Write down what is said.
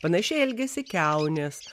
panašiai elgiasi kiaunės